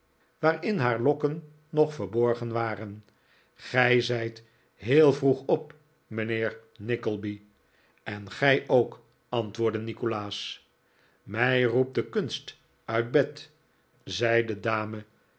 waarin haar lokken afscheid van juffrouw la creevy nog verborgen waren gij zijt heel vroeg op mijnheer nickleby en gij ook antwoordde nikolaas mij roept de kunst uit bed zei de dame